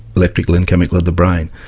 electrical and chemical, of the brain.